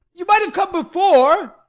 you might have come before.